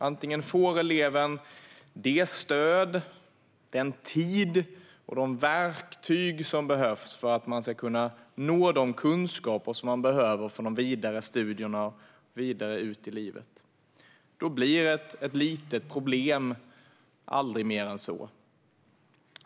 Antingen får eleven det stöd, den tid och de verktyg som behövs för att nå de kunskaper som är nödvändiga för de vidare studierna och för livet. Då blir ett litet problem aldrig mer än så.